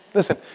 Listen